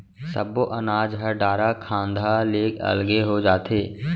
सब्बो अनाज ह डारा खांधा ले अलगे हो जाथे